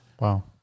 Wow